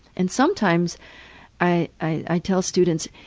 and sometimes i i tell students,